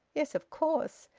yes, of course,